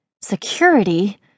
Security